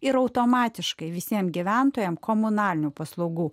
ir automatiškai visiems gyventojams komunalinių paslaugų